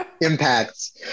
impacts